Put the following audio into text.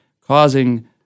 causing